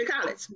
college